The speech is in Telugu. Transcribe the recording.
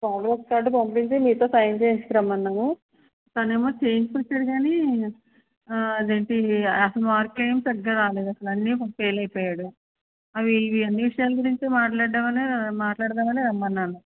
ప్రోగ్రెస్ కార్డు పంపించి మీతో సైన్ చేయించుకురమ్మన్నాను తనేమో చేయించుకొచ్చాడు కానీ అదేంటి అసలు మార్కులు ఏమి సరిగ్గా రాలేదు అసలు అన్ని ఫెయిల్ అయిపోయాడు అవి ఇవి అన్ని విషయాలు గురించి మాట్లాడుదామ మాట్లాడదామనే రమ్మన్నాను